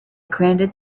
granted